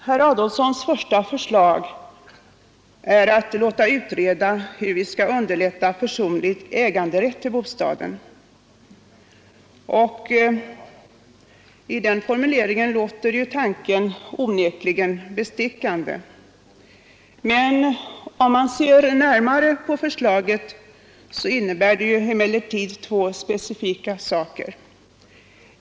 Herr Adolfssons första förslag innebär önskemål om utredning av åtgärder för att underlätta personlig äganderätt till bostad. I den formuleringen låter tanken onekligen bestickande, men om man ser närmare på förslaget innebär det emellertid två specifika ting.